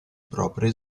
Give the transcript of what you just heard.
proprie